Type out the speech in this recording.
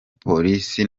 polisi